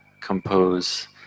compose